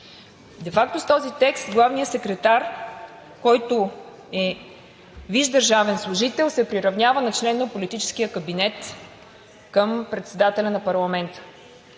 Де факто с този текст главният секретар, който е висш държавен служител, се приравнява на член на политическия кабинет към председателя на парламента.